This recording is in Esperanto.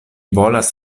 volas